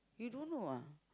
you don't know ah